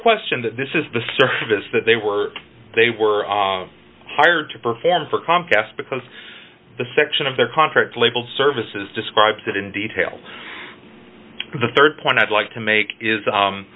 question that this is the service that they were they were hired to perform for comcast because the section of their contract labeled services describes it in detail the rd point i'd like to make is